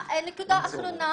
כן, תודה.